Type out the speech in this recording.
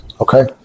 Okay